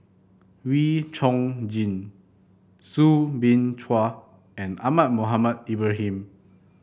Wee Chong Jin Soo Bin Chua and Ahmad Mohamed Ibrahim